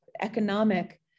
economic